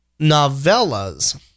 novellas